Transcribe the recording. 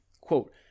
Quote